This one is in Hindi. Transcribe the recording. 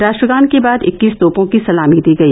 राष्ट्रगान के बाद इक्कीस तोपों की सलामी दी गई